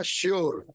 sure